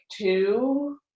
two